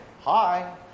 Hi